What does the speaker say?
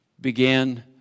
began